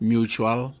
Mutual